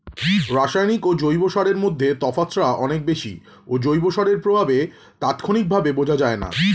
রাসায়নিক ও জৈব সারের মধ্যে তফাৎটা অনেক বেশি ও জৈব সারের প্রভাব তাৎক্ষণিকভাবে বোঝা যায়না